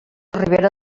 ribera